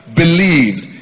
believed